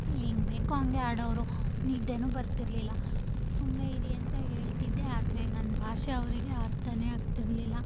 ಹೆಂಗ್ ಬೇಕೋ ಹಂಗೆ ಆಡೋವ್ರು ನಿದ್ದೆಯೂ ಬರ್ತಿರಲಿಲ್ಲ ಸುಮ್ಮನೆ ಇರಿ ಅಂತ ಹೇಳ್ತಿದ್ದೆ ಆದರೆ ನನ್ನ ಭಾಷೆ ಅವರಿಗೆ ಅರ್ಥವೇ ಆಗ್ತಿರಲಿಲ್ಲ